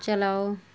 چلاؤ